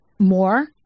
more